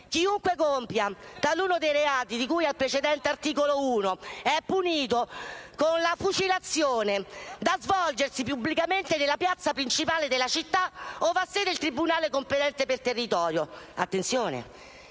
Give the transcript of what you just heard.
«Chiunque compia taluno dei reati di cui al precedente articolo 1 è punito con la fucilazione, da svolgersi pubblicamente nella piazza principale della città ove ha sede il tribunale competente per territorio.